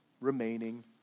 remaining